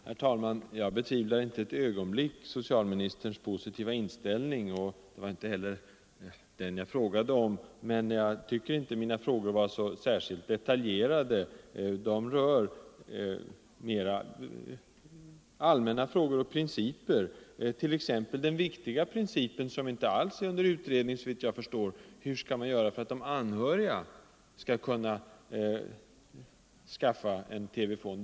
Herr talman! Jag betvivlar inte ett ögonblick socialministerns positiva inställning. Det var inte heller den frågan gällde. Men jag tycker inte att mina frågor var särskilt detaljerade. De rör mer allmänna spörsmål och principer, t.ex. den viktiga frågan — som inte alls är under utredning, såvitt jag förstår — hur man skall underlätta för de anhöriga att skaffa en TV-fon.